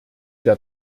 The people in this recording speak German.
der